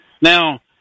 Now